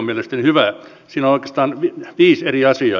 siinä on oikeastaan viisi eri asiaa